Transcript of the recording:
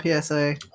PSA